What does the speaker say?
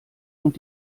und